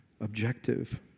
objective